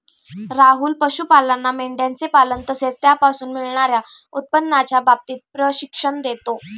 राहुल पशुपालांना मेंढयांचे पालन तसेच त्यापासून मिळणार्या उत्पन्नाच्या बाबतीत प्रशिक्षण देतो